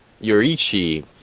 Yorichi